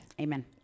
Amen